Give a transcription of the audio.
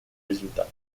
результат